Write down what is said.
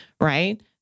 right